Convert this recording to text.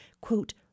quote